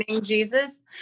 jesus